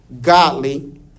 godly